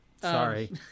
sorry